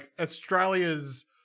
Australia's